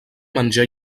menjar